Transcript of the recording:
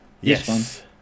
Yes